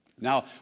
Now